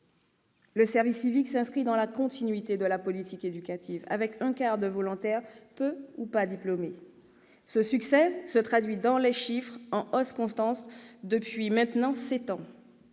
le service civique. Celui-ci s'inscrit dans la continuité de la politique éducative, un quart des volontaires étant peu ou non diplômés. Ce succès se traduit dans les chiffres, en hausse constante depuis maintenant sept ans.